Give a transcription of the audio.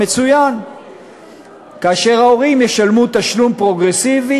מצוין וההורים ישלמו תשלום פרוגרסיבי,